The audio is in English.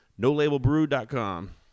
NoLabelBrew.com